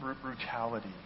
brutality